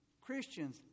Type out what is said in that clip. Christians